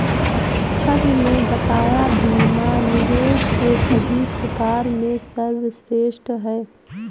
कवि ने बताया बीमा निवेश के सभी प्रकार में सर्वश्रेष्ठ है